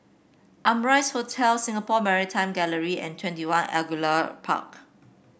Amrise Hotel Singapore Maritime Gallery and Twenty One Angullia Park